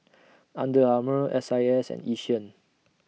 Under Armour S I S and Yishion